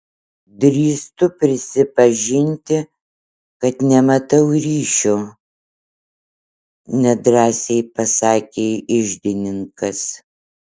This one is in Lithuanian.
drįstu prisipažinti kad nematau ryšio nedrąsiai pasakė iždininkas